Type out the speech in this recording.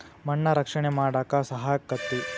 ಮಣ್ಣ ರಕ್ಷಣೆ ಮಾಡಾಕ ಸಹಾಯಕ್ಕತಿ